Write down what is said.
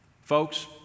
folks